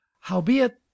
Howbeit